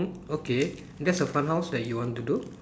okay that's a fun house that you want to do